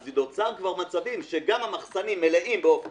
אז נוצרים כבר מצבים שגם המחסנים מלאים בעוף קפוא.